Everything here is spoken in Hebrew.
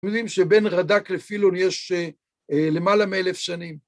אנחנו יודעים שבין רדק לפילון יש למעלה מאלף שנים.